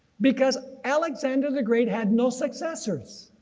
because alexander the great had no successors.